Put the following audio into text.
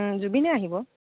জুবিনে আহিব